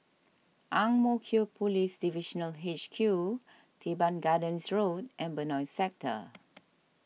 Ang Mo Kio Police Divisional H Q Teban Gardens Road and Benoi Sector